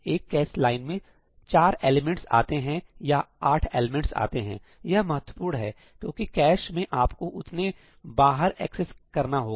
एक cache line में 4 elements आते हैं या 8 एलिमेंट्स आते हैं यह महत्वपूर्ण है क्योंकि कैश में आपको उतने बाहर एक्सेस करना होगा